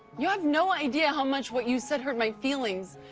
you have no idea how much what you said hurt my feelings.